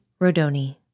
Rodoni